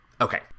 Okay